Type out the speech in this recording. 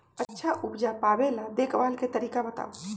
अच्छा उपज पावेला देखभाल के तरीका बताऊ?